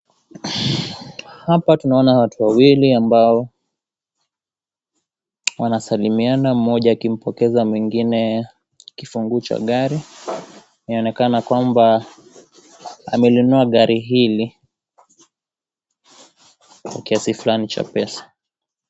Hapa tunaona watu wawili ambao wanasalimiana mmoja akimpokeza mwingine kifunguu cha gari i, meonekana kwamba amelinunua gari hili kiasi fluani cha gari.